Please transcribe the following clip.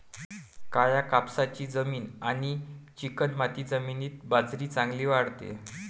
काळ्या कापसाची जमीन आणि चिकणमाती जमिनीत बाजरी चांगली वाढते